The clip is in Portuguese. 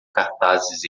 cartazes